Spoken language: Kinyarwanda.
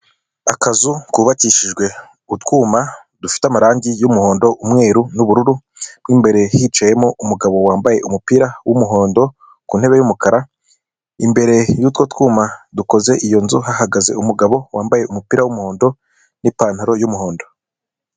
Akazu kubabakishijwe utwuma dufite amarangi y'umuhondo umweru n'ubururu, mo imbere hicayemo umugabo wambaye umupira w'umuhondo, ku ntebe y'umukara, imbere y'utwo twuyuma dukoze iyo nzu, hahagaze umugabo wambaye umupira w'umuhondo n'ipantaro y'umuhondo.